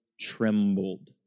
trembled